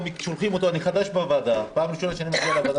אני חדש בוועדה, פעם ראשונה שאני מגיע לוועדה.